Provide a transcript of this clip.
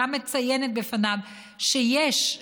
וגם מציינת בפניו שיש,